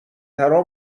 ترا